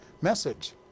message